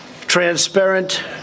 transparent